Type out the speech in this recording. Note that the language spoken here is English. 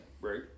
Right